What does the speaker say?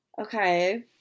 Okay